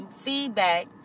feedback